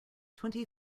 twenty